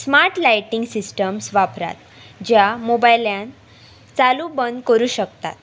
smart lighting systems वापरात ज्या मोबायल्यान चालू बंद करूं शकतात